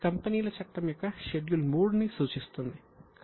ఈ ఆకృతి కంపెనీల చట్టం యొక్క షెడ్యూల్ III ని సూచిస్తుంది